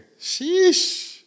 Sheesh